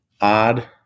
odd